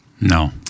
No